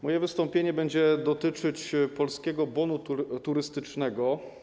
Moje wystąpienie będzie dotyczyć Polskiego Bonu Turystycznego.